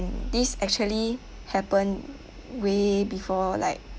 and this actually happened way before like